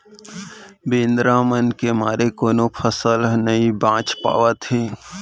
बेंदरा मन के मारे कोनो फसल ह नइ बाच पावत हे